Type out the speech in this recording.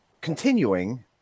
continuing